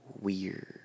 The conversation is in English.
Weird